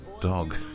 dog